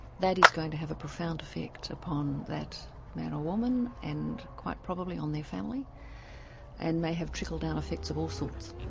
that is going to have a profound effect upon that man or woman and quite probably on their family and may have trickle-down effects of all sorts.